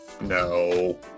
No